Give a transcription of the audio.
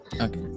Okay